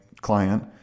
client